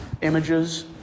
images